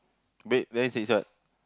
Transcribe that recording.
wait then six is what